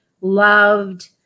Loved